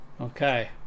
Okay